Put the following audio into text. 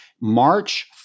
March